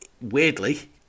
Weirdly